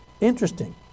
Interesting